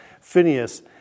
Phineas